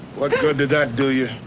what good did that do you.